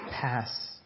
pass